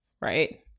right